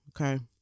Okay